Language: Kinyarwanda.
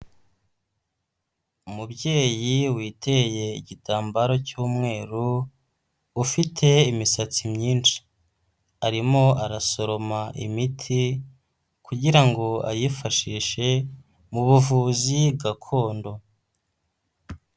Umubyeyi witeye igitambaro cy'umweru, ufite imisatsi myinshi, arimo arasoroma imiti kugira ngo ayifashishe mu buvuzi gakondo.